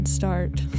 start